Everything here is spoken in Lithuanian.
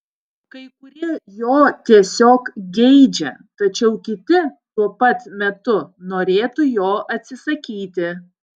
kai kurie jo tiesiog geidžia tačiau kiti tuo pat metu norėtų jo atsisakyti